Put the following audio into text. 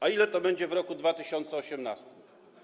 A ile to będzie w roku 2018?